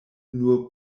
nur